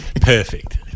Perfect